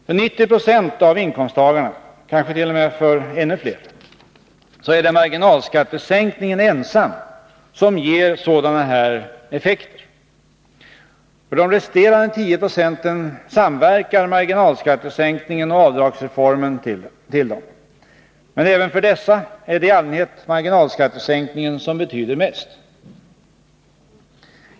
För 90 26 av inkomsttagarna, kanske t.o.m. för ännu fler, är det marginalskattesänkningen ensam som ger sådana här effekter. För de resterande 10 96 samverkar marginalskattesänkningen och avdragsreformen till dem. Men även för dessa är det i allmänhet marginalskattesänkningen som betyder mest.